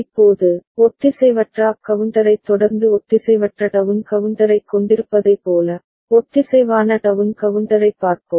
இப்போது ஒத்திசைவற்ற அப் கவுண்டரைத் தொடர்ந்து ஒத்திசைவற்ற டவுன் கவுண்டரைக் கொண்டிருப்பதைப் போல ஒத்திசைவான டவுன் கவுண்டரைப் பார்ப்போம்